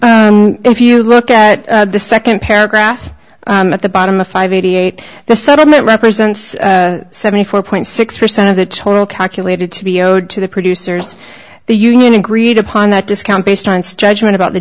if you look at the second paragraph at the bottom of five eighty eight the settlement represents seventy four point six percent of the total calculated to be owed to the producers the union agreed upon that discount based on its judgment about the